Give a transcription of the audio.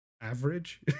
average